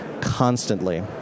constantly